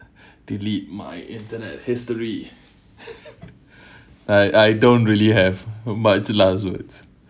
delete my internet history I I don't really have much last words